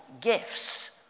gifts